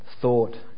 thought